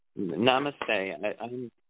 Namaste